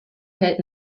fällt